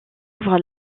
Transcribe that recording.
ouvre